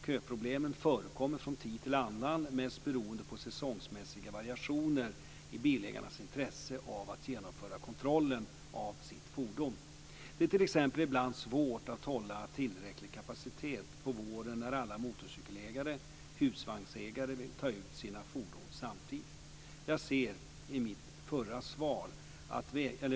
Köproblem förekommer från tid till annan mest beroende på säsongsmässiga variationer i bilägarnas intresse av att genomföra kontrollen av sitt fordon. Det är t.ex. ibland svårt att hålla tillräcklig kapacitet på våren när alla motorcykelägare och husvagnsägare vill ta ut sina fordon samtidigt.